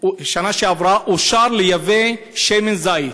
בשנה שעברה אושר לייבא שמן זית.